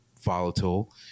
volatile